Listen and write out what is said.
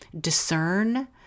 discern